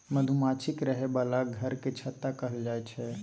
मधुमाछीक रहय बला घर केँ छत्ता कहल जाई छै